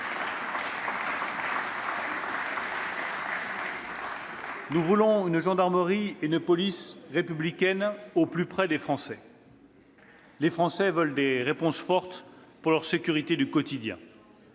Nous voulons une gendarmerie et une police républicaines, au plus près des Français. « Les Français veulent des réponses fortes pour leur sécurité du quotidien.